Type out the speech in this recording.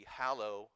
hallow